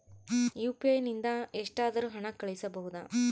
UPI ನಿಂದ ಎಷ್ಟಾದರೂ ಹಣ ಕಳಿಸಬಹುದಾ?